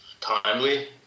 timely